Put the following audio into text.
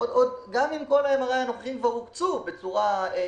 גם אם כל מכשירי ה-MRI הנוכחיים כבר הוקצו, כך